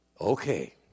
Okay